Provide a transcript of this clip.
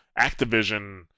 Activision